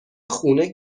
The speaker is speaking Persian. خونه